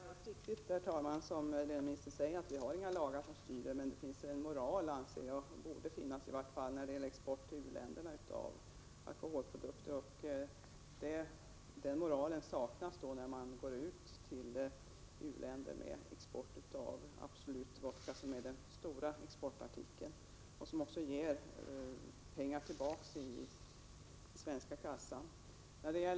Herr talman! Det är alldeles riktigt, som löneministern sade, att vi inte har några lagar som styr exporten av alkoholprodukter. Jag anser emellertid att det finns, eller åtminstone borde finnas, en moral när det gäller export av 61 alkoholprodukter till u-länderna. Den moralen saknas i och med att man till u-länderna exporterar Absolut Vodka, som är den stora exportartikeln. Denna export ger också den svenska statskassan pengar.